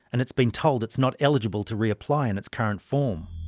and it's been told it's not eligible to reapply in its current form.